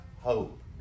hope